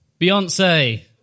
Beyonce